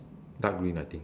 dark green I think